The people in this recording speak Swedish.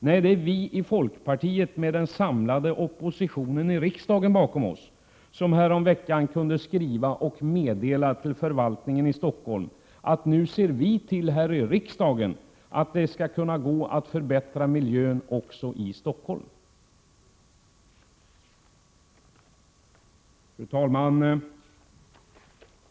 Nej, det är vi i folkpartiet med den samlade oppositionen i riksdagen bakom oss som häromveckan kunde skriva och meddela förvaltningen i Stockholm att vi nu ser till att det skall gå att förbättra miljön också i Stockholm. Fru talman!